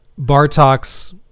Bartok's